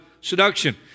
seduction